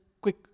quick